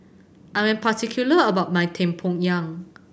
I am particular about my tempoyak